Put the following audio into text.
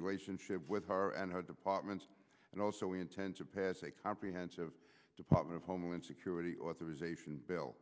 relationship with her and her departments and also we intend to pass a comprehensive department of homeland security authorization bill